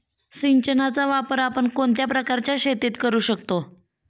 सिंचनाचा वापर आपण कोणत्या प्रकारच्या शेतीत करू शकतो?